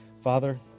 Father